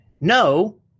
no